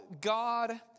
God